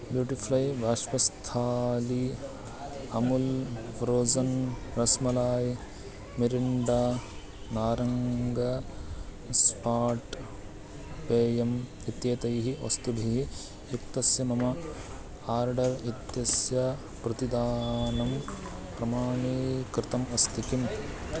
butterfly बाष्पस्थालि Amul frozen rasmalai Mirinda नारङ्गा स्पाट् पेयम् इत्येतैः वस्तुभिः युक्तस्य मम आर्डर् इत्यस्य प्रतिदानं प्रमाणीकृतम् अस्ति किम्